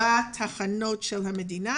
בתחנות של המדינה,